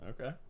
Okay